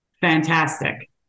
fantastic